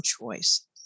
choice